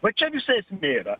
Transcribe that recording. va čia visa esmė yra